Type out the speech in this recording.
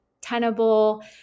tenable